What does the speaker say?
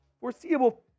foreseeable